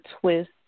twist